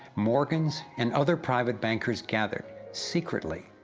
morgans and other private bankers gathered secretly,